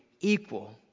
equal